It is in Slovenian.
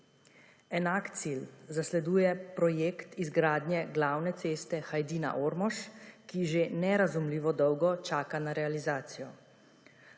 Enak cilj zasleduje projekt izgradnje glavne ceste Hajdina – Ormož, ki že nerazumljivo dolgo čaka na realizacijo.